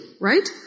right